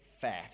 fat